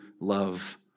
love